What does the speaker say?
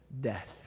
death